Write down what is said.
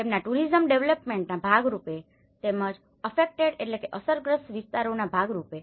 તેમના ટુરીઝમ ડેવેલપમેન્ટના ભાગ રૂપે તેમજ અફેક્ટેડaffectedઅસરગ્રસ્ત વિસ્તારોના ભાગ રૂપે